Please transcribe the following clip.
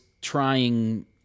trying